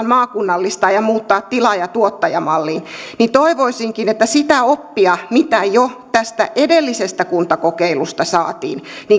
maakunnallistaa ja muuttaa tilaaja tuottaja malliin niin toivoisinkin että sitä oppia mitä jo tästä edellisestä kuntakokeilusta saatiin